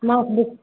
माछ बिक